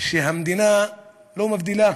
שהמדינה לא מבדילה